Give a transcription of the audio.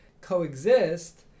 coexist